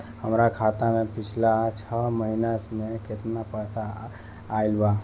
हमरा खाता मे पिछला छह महीना मे केतना पैसा आईल बा?